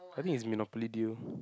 I think is Monopoly Deal